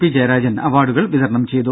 P Jayarajan അവാർഡുകൾ വിതരണം ചെയ്തു